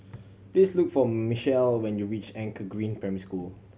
please look for Michele when you reach Anchor Green Primary School